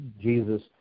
jesus